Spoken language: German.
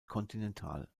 kontinental